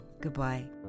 Goodbye